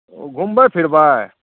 ओ घुमबै फिरबै